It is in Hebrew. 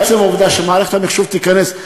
עצם העובדה שמערכת המחשוב תיכנס,